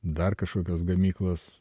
dar kažkokios gamyklos